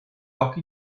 occhi